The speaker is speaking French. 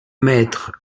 mettre